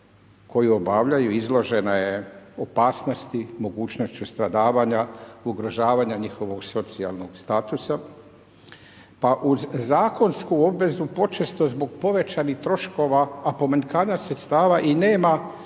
koju obavljaju, izložena je opasnosti, mogućnošću stradavanja, ugrožavanja njihovog socijalnog statusa pa uz zakonsku obvezu počesto zbog povećanih troškova a pomanjkanja sredstava i nema